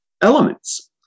elements